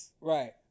Right